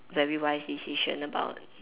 very wise decision about